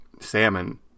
salmon